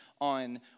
on